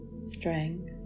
strength